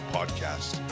Podcast